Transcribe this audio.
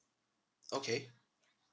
okay